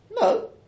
no